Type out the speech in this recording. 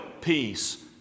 peace